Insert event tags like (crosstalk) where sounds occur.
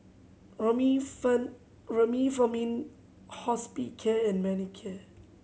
(unintelligible) Remifemin Hospicare and Manicare